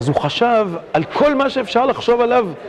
אז הוא חשב על כל מה שאפשר לחשוב עליו